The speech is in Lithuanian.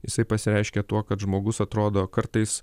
jisai pasireiškia tuo kad žmogus atrodo kartais